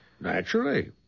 Naturally